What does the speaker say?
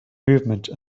movement